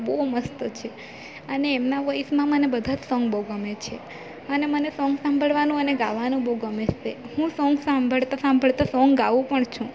બહુ મસ્ત છે અને એમના વોઈસમાં મને બધા જ સોંગ બહુ ગમે છે અને મને સોંગ સાંભળવાનું અને ગાવાનું બહુ ગમે સે હું સોંગ સાંભળતા સાંભળતા સોંગ ગાઉ પણ છું